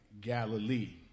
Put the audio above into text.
Galilee